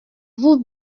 vous